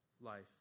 life